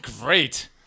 great